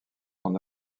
son